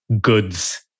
goods